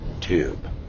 tube